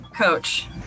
coach